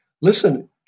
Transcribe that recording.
Listen